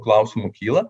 klausimų kyla